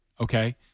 Okay